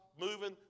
moving